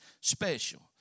special